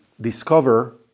discover